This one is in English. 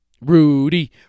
Rudy